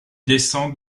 descend